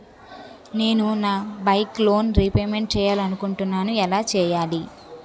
నేను నా bike loan repayment చేయాలనుకుంటున్నా ఎలా చేయాలి?